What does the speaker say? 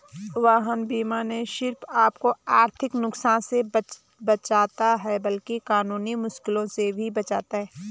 वाहन बीमा न सिर्फ आपको आर्थिक नुकसान से बचाता है, बल्कि कानूनी मुश्किलों से भी बचाता है